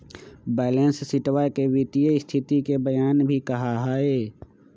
balance शीटवा के वित्तीय स्तिथि के बयान भी कहा हई